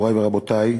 מורי ורבותי,